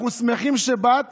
אנחנו שמחים שבאת